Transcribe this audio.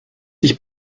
dich